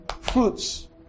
fruits